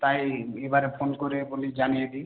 তাই এবারে ফোন করে বলি জানিয়ে দিই